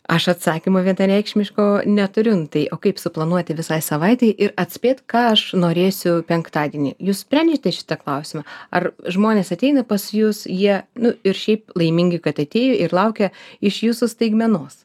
aš atsakymo vienareikšmiško neturiu nu o tai kaip suplanuoti visai savaitei ir atspėt ką aš norėsiu penktadienį jūs sprendžiate šitą klausimą ar žmonės ateina pas jus jie nu ir šiaip laimingi kad atėjo ir laukia iš jūsų staigmenos